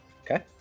Okay